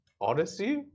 odyssey